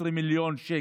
מיליארד שקל,